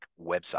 website